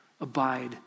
abide